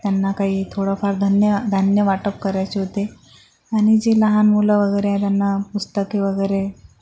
त्यांना काही थोडंफार धान्य धान्य वाटप करायचे होते आणि जे लहान मुलं वगैरे आहे त्यांना पुस्तके वगैरे